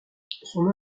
son